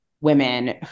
women